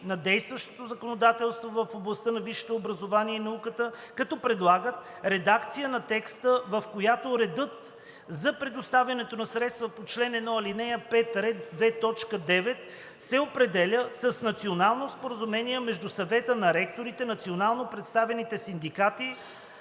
на действащото законодателство в областта на висшето образование и наука, като предлагат редакция на текста, в която редът за предоставянето на средствата по чл. 1, ал. 5, ред 2.9 се определя с Национално споразумение между Съвета на ректорите, национално представените синдикати